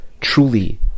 truly